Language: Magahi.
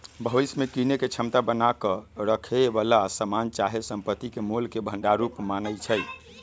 भविष्य में कीनेके क्षमता बना क रखेए बला समान चाहे संपत्ति के मोल के भंडार रूप मानइ छै